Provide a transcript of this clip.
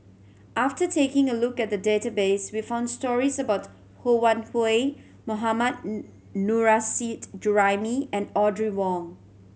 after taking a look at the database we found stories about Ho Wan Hui Mohammad Nurrasyid Juraimi and Audrey Wong